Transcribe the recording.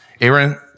Aaron